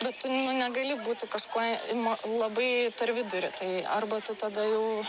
bet tu nu negali būti kažkuo imu labai per vidurį tai arba tu tada jau